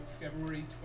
February